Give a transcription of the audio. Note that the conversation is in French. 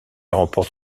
remporte